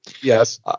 Yes